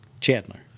Chandler